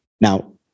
Now